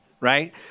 Right